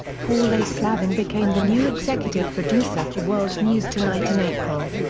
paul a. slavin became the new executive producer for world news tonight in april.